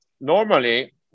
normally